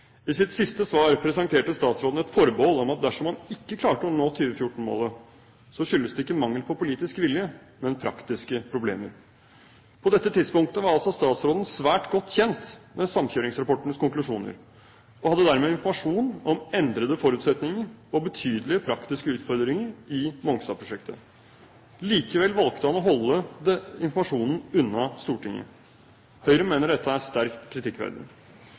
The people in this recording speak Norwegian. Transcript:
I sitt siste svar presenterte statsråden et forbehold om at dersom man ikke klarte å nå 2014-målet, skyldtes det ikke på mangel på politisk vilje, men praktiske problemer. På dette tidspunktet var altså statsråden svært godt kjent med samkjøringsrapportens konklusjoner og hadde dermed informasjon om endrede forutsetninger og betydelige praktiske utfordringer i Mongstad-prosjektet. Likevel valgte han å holde informasjonen unna Stortinget. Høyre mener dette er sterkt kritikkverdig.